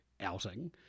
outing